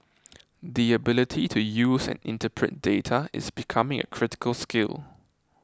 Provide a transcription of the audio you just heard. the ability to use and interpret data is becoming a critical skill